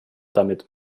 damit